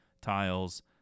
tiles